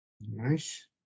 Nice